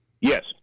Yes